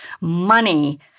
money